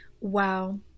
Wow